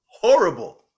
horrible